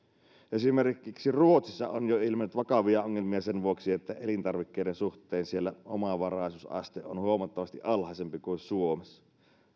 esimerkiksi ruotsissa on jo ilmennyt vakavia ongelmia sen vuoksi että elintarvikkeiden suhteen siellä omavaraisuusaste on huomattavasti alhaisempi kuin suomessa